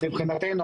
מבחינתנו,